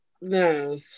no